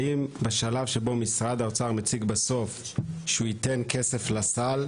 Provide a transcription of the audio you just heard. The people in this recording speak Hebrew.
האם בשלב שבו משרד האוצר מציג בסוף שהוא ייתן כסף לסל,